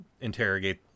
interrogate